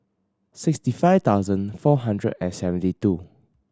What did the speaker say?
sixty five thousand four hundred and seventy two